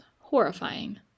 horrifying